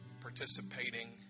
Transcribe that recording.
participating